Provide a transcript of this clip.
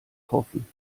hoffen